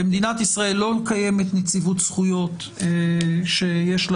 במדינת ישראל לא קיימת נציבות זכויות שיש לה